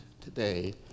today